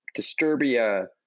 Disturbia